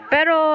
Pero